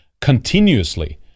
continuously